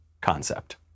concept